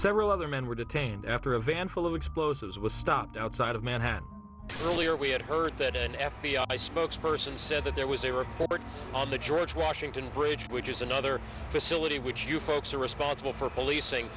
several other men were detained after a van full of explosives was stopped outside of manhattan earlier we had heard that an f b i spokesperson said that there was a report on the george washington bridge which is another facility which you folks are responsible for policing